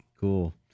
Cool